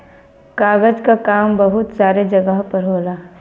कागज क काम बहुत सारे जगह पर होला